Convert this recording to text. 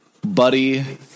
Buddy